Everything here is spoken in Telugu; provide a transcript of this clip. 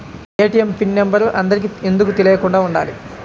ఏ.టీ.ఎం పిన్ నెంబర్ అందరికి ఎందుకు తెలియకుండా ఉండాలి?